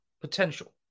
Potential